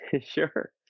Sure